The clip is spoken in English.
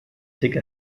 take